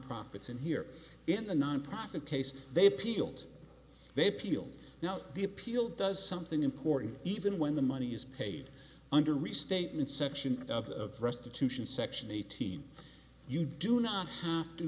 profits and here in the nonprofit case they appealed they appealed now to the appeal does something important even when the money is paid under restatement section of restitution section eighteen you do not have to